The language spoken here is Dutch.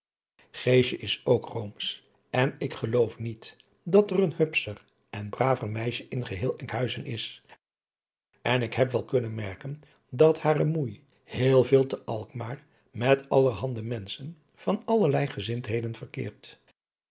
is ook roomsch en ik geloof niet dat er een hupscher en braver meisje in geheel enkhuizen is en ik heb wel kunnen merken dat hare moei heel veel te alkmaar met allerhande menschen van allerlei gezindheden verkeert